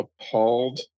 appalled